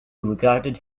regarded